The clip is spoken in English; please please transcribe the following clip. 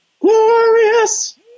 glorious